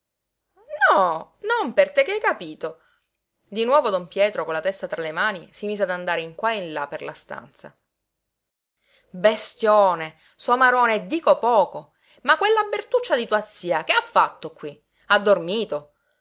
no non per te che hai capito di nuovo don pietro con la testa tra le mani si mise ad andare in qua e in là per la stanza bestione somarone e dico poco ma quella bertuccia di tua zia che ha fatto qui ha dormito